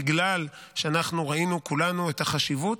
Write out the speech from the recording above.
בגלל שכולנו ראינו את החשיבות.